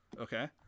Okay